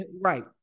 Right